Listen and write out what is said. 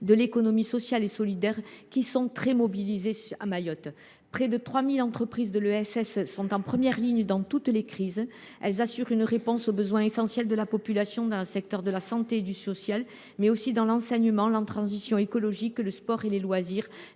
de l’économie sociale et solidaire, qui y sont très mobilisés. Près de 3 000 entreprises de l’ESS sont en première ligne dans toutes les crises. Elles assurent une réponse aux besoins essentiels de la population dans les secteurs de la santé et du travail social, mais aussi dans l’enseignement, la transition écologique, le sport et les loisirs,